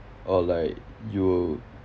or like you'll